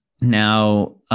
now